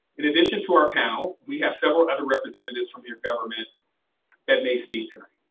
in addition to our panel, we have several other representatives from your government that may speak tonight.